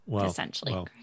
essentially